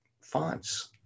fonts